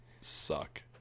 Suck